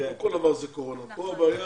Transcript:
כאן כל דבר זה קורונה אבל כאן הבעיה